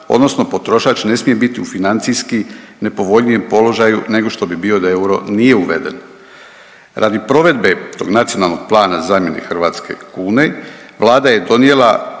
odnosno potrošač ne smije biti u financijski nepovoljnijem položaju nego što bi bio da euro nije uveden. Radi provedbe tog Nacionalnog plana zamjene hrvatske kune Vlada je donijela